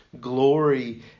glory